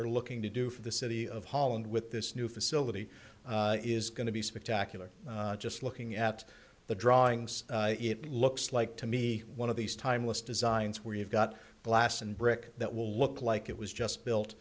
are looking to do for the city of holland with this new facility is going to be spectacular just looking at the drawings it looks like to me one of these timeless designs where you've got blast and brick that will look like it was just built